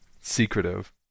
secretive